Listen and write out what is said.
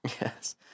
Yes